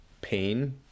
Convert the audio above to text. pain